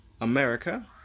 America